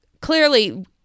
clearly